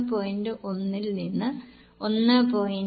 1 ൽ നിന്ന് 1